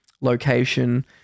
location